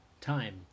Time